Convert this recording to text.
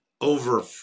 over